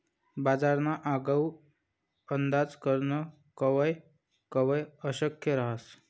बजारना आगाऊ अंदाज करनं कवय कवय अशक्य रहास